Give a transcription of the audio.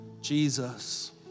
Jesus